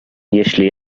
jeśli